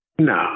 No